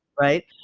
right